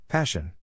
Passion